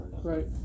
Right